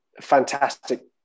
fantastic